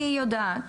אני יודעת